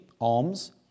alms